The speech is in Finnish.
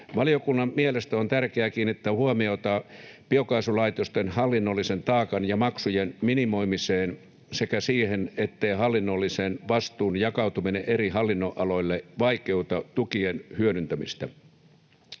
Valiokunnan mielestä on tärkeää kiinnittää huomiota biokaasulaitosten hallinnollisen taakan ja maksujen minimoimiseen sekä siihen, ettei hallinnollisen vastuun jakautuminen eri hallinnonaloille vaikeuta tukien hyödyntämistä.